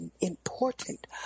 important